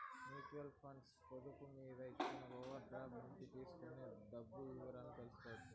mutual funds పొదుపులు మీద ఇచ్చిన ఓవర్ డ్రాఫ్టు నుంచి తీసుకున్న దుడ్డు వివరాలు తెల్సుకోవచ్చు